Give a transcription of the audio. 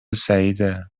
سعیده